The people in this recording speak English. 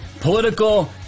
political